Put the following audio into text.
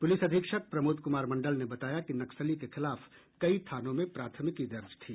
police अधीक्षक प्रमोद कुमार मंडल ने बताया कि नक्सली के खिलाफ कई थानों में प्राथमिकी दर्ज थी